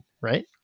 right